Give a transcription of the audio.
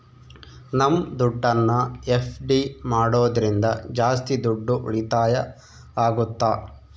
ನಮ್ ದುಡ್ಡನ್ನ ಎಫ್.ಡಿ ಮಾಡೋದ್ರಿಂದ ಜಾಸ್ತಿ ದುಡ್ಡು ಉಳಿತಾಯ ಆಗುತ್ತ